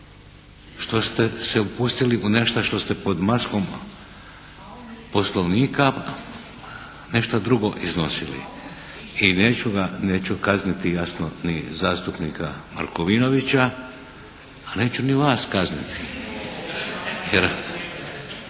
što ste upustili u nešto što ste pod maskom poslovnika nešto drugo iznosili. I neću ga, neću kazniti jasno ni zastupnika Markovinovića, a neću ni vas kazniti. Jer